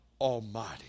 Almighty